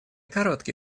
короткий